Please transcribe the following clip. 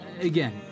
again